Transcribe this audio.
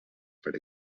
per